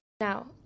Now